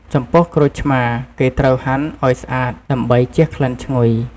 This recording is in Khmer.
ចំពោះក្រូចឆ្មា គេត្រូវហាន់ឱ្យស្អាត ដើម្បីជះក្លិនឈ្ងុយ។